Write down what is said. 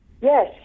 Yes